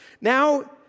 Now